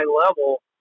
level